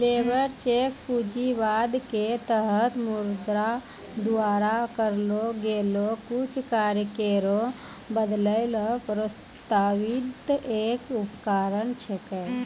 labour check पूंजीवाद क तहत मुद्रा द्वारा करलो गेलो कुछ कार्य केरो बदलै ल प्रस्तावित एक उपकरण छिकै